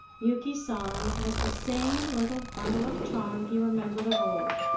yuki san was the same little bundle of charm he remembered of old,